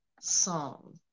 song